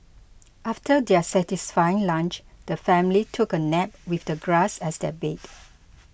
after their satisfying lunch the family took a nap with the grass as their bed